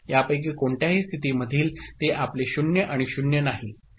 यापैकी कोणत्याही स्थिती मधील ते आपले 0 आणि 0 नाही